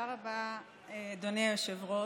תודה רבה, אדוני היושב-ראש.